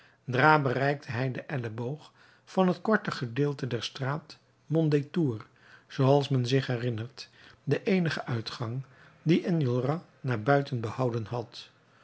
bereikte hij den elleboog van het kortste gedeelte der straat mondétour zooals men zich herinnert de eenige uitgang dien enjolras naar buiten behouden had